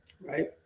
right